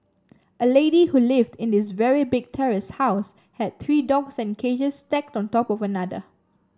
a lady who lived in this very big terrace house had three dogs in cages stacked on top of another